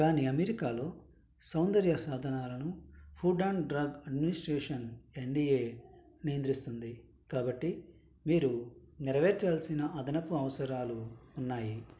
కానీ అమెరికాలో సౌందర్య సాధనాలను food and drug administration NDA నియంత్రిస్తుంది కాబట్టి మీరు నెరవేర్చాల్సిన అదనపు అవసరాలు ఉన్నాయి